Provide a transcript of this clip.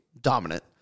dominant